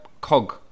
cog